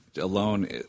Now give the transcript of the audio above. alone